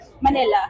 Manila